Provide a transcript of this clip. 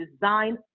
design